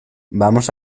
vamos